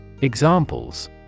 Examples